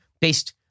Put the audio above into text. based